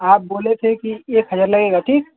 आप बोले थे की एक हज़ार लगेगा ठीक